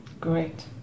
Great